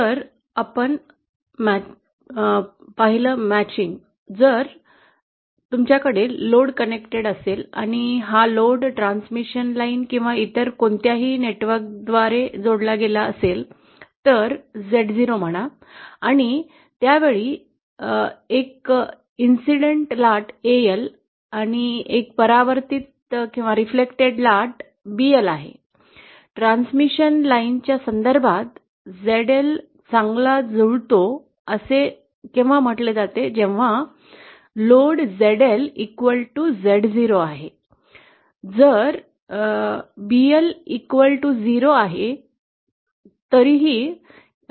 तर आपण पाहिलं मॅचिंग जर तुमच्याकडे लोड कनेक्टेड असेल आणि हा लोड ट्रान्समिशन लाईन किंवा इतर कोणत्याही नेटवर्कद्वारे पुरवला गेला असेल तर् Z0 म्हणा आणि त्यावेळी एक आनुषंगिक लाट aL आणि परावर्तीत लाट reflected wave reflected wave bL आहे ट्रान्समिशन लाईनच्या संदर्भात zL चांगला जुळतो असे म्हटले जाते आपला लोड zL z0 आहे जर bL 0 इतके असेल तर